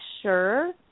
sure